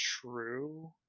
true